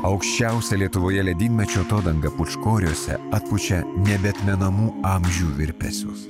aukščiausia lietuvoje ledynmečio atodanga pūčkoriuose atpučia nebeatmenamų amžių virpesius